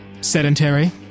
Sedentary